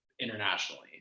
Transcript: internationally